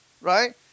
Right